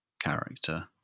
character